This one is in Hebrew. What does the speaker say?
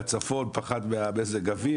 הוא מהצפון ופחד שירד כאן שלג.